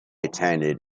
attended